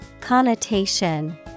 Connotation